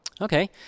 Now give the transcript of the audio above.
Okay